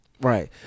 Right